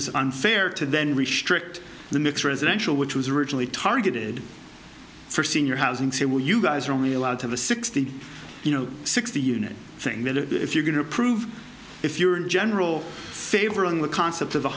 as unfair to then restrict the mix residential which was originally targeted for senior housing say well you guys are only allowed to the sixty you know sixty unit thing if you're going to prove if you're in general favoring the concept of